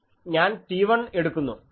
ഞാൻ T1 എടുക്കുന്നു